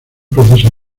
proceso